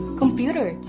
computer